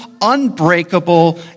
unbreakable